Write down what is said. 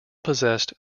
possessed